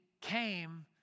came